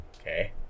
Okay